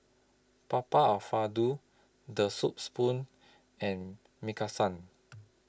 Papa Alfredo The Soup Spoon and Maki San